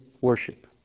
worship